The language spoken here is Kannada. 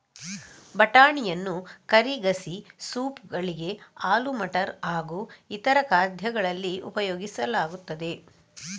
ಬಟಾಣಿಯನ್ನು ಕರಿ, ಗಸಿ, ಸೂಪ್ ಗಳಿಗೆ, ಆಲೂ ಮಟರ್ ಹಾಗೂ ಇತರ ಖಾದ್ಯಗಳಲ್ಲಿ ಉಪಯೋಗಿಸಲಾಗುತ್ತದೆ